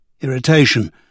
Irritation